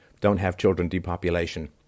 don't-have-children-depopulation